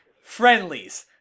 friendlies